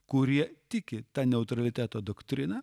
kurie tiki ta neutraliteto doktrina